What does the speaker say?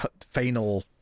final